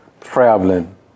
traveling